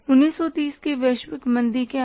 1930 की वैश्विक मंदी क्या है